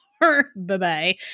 bye-bye